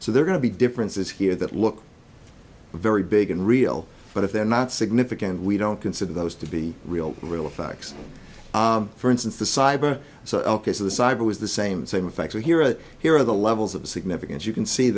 so they're going to be differences here that look very big and real but if they're not significant we don't consider those to be real real effects for instance the cyber of the cyber was the same same effect we hear it here of the levels of significance you can see